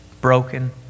broken